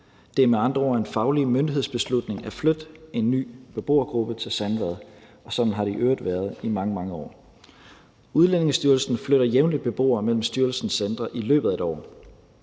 Det er med andre ord en faglig myndighedsbeslutning at flytte en ny beboergruppe til Sandvad, og sådan har det i øvrigt været i mange, mange år. Udlændingestyrelsen flytter jævnligt beboere mellem styrelsens centre i løbet af et år.